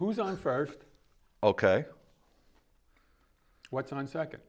who's on first ok what's on second